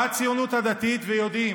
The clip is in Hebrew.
בציונות הדתית, ויודעים